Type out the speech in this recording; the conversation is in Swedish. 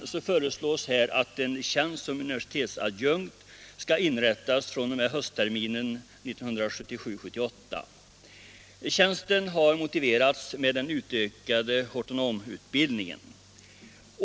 Under denna punkt föreslås att en tjänst som universitetsadjunkt skall inrättas fr.o.m. höstterminen 1977. Tjänsten har motiverats med den utökade hortonomutbildningen.